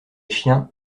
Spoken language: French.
chiens